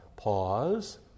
Pause